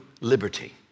liberty